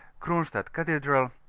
cronstadt cathedral,